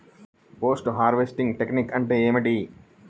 Post harvesting technique అంటే ఏమిటీ?